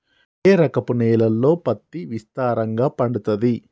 ఏ రకపు నేలల్లో పత్తి విస్తారంగా పండుతది?